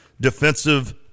defensive